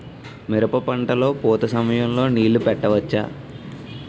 మిరప పంట లొ పూత సమయం లొ నీళ్ళు పెట్టవచ్చా?